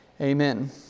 Amen